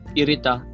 irita